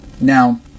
Now